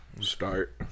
Start